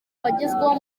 bagezweho